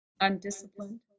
undisciplined